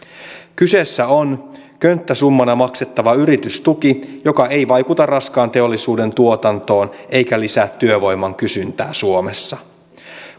kyseessä on könttäsummana maksettava yritystuki joka ei vaikuta raskaan teollisuuden tuotantoon eikä lisää työvoiman kysyntää suomessa